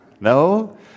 No